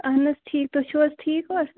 اَہَن حظ ٹھیٖک تُہۍ چھِو حظ ٹھیٖک پٲٹھۍ